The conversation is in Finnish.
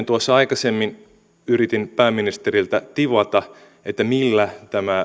tuossa aikaisemmin yritin pääministeriltä tivata millä